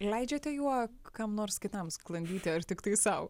leidžiate juo kam nors kitam sklandyti ar tiktai sau